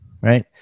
right